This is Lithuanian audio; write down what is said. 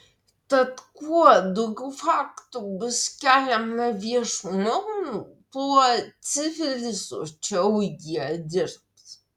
tad kuo daugiau faktų bus keliama viešumon tuo civilizuočiau jie dirbs